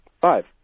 Five